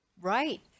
Right